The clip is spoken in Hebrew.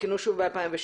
עודכנו שוב ב-2016,